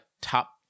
top